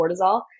cortisol